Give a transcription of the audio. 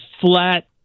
flat